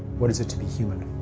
what is it to be human?